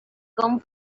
come